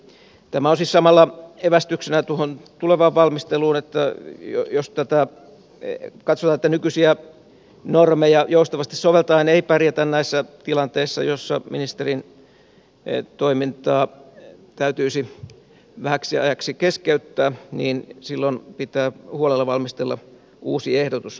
tämä on siis samalla evästyksenä tuohon tulevaan valmisteluun että jos tässä katsotaan että nykyisiä normeja joustavasti soveltaen ei pärjätä näissä tilanteissa joissa ministerin toiminta täytyisi vähäksi aikaa keskeyttää niin silloin pitää huolella valmistella uusi ehdotus